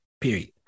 Period